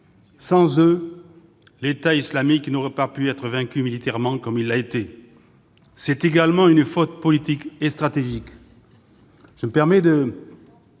Sans eux, l'État islamique n'aurait pu être vaincu militairement comme il l'a été. C'est également une faute politique et stratégique.